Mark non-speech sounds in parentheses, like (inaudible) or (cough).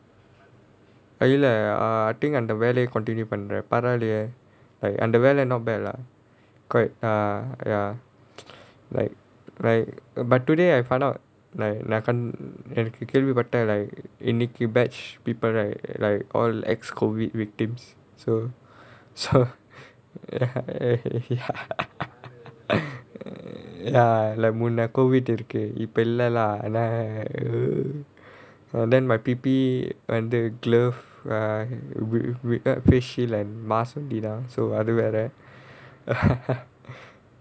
இல்ல நீ அந்த வேலைய:illa nee antha velaiya continue பண்ற:pandra like other பரவாலயே அந்த வேலை என்ன வேலை:paravaalayae antha velai enna velai not bad lah quite uh ya (noise) like like but today I found out like like இன்னைக்கு:innaikku batch people right like all ex COVID victims so (laughs) so ya eh (laughs) ya like COVID இருக்கு இப்போல்லாம்:irukku ippolaam err then my P_P (laughs) glove ah wi~ without face shield and mask உண்டுடா:undudaa so அது வேற:adhu vera (laughs)